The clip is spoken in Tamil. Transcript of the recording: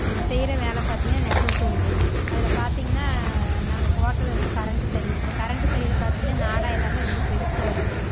நாங்கள் செய்கிற வேலை பார்த்திங்கன்னா நெசவு தொழில் அதில் பார்த்தீங்கன்னா நாங்கள் ஓட்டுறது வந்து கரண்ட்டு தறி அந்த கரண்ட்டு தறியில் பார்த்திங்கன்னா நாடா எல்லாம் ரொம்ப பெருசாயிருக்கும்